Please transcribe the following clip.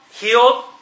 healed